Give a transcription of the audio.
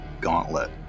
gauntlet